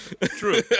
true